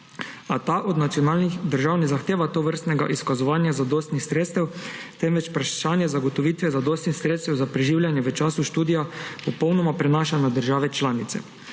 a ta od nacionalnih državnih zahtevah tovrstnega izkazovanja zadostnih sredstev, temveč vprašanje zagotovitve zadostnih sredstev za preživljanje v času študija popolnoma prenaša na države članice.